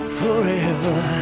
forever